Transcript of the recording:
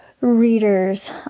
readers